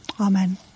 Amen